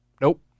Nope